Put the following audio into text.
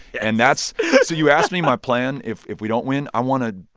and that's so you asked me my plan if if we don't win. i want to